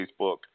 Facebook